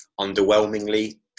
underwhelmingly